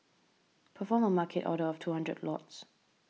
perform a Market order of two hundred lots